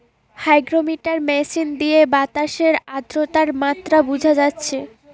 hygrometer machine দিয়ে বাতাসের আদ্রতার মাত্রা বুঝা যাচ্ছে